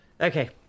Okay